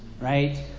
right